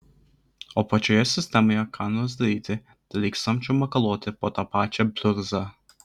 o pačioje sistemoje ką nors daryti tai lyg samčiu makaluoti po tą pačią pliurzą